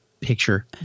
picture